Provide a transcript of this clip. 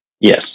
Yes